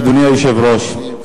אדוני היושב-ראש,